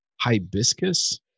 hibiscus